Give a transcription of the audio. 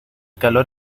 calor